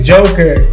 Joker